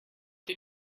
did